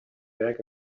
back